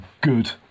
good